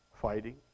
fighting